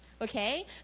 Okay